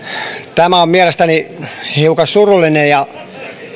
tämä on mielestäni hiukan surullinen ja